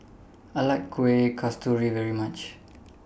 I like Kueh Kasturi very much